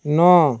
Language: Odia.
ନଅ